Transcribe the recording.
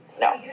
No